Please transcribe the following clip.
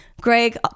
Greg